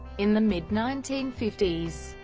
in the mid nineteen fifty s,